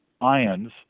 ions